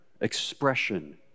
expression